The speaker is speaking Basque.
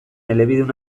elebidun